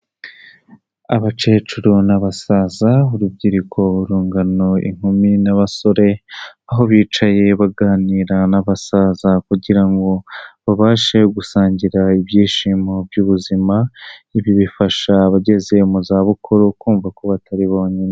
Abakecuru n'abasaza, urubyiruko, urungano ,inkumi n'abasore aho bicaye baganira n'abasaza kugira ngo babashe gusangira ibyishimo by'ubuzimabi bifasha abageze mu zabukuru kumva ko batari bonyine.